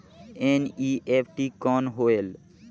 NEFT कौन होएल?